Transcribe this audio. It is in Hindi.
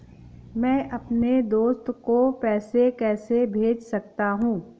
मैं अपने दोस्त को पैसे कैसे भेज सकता हूँ?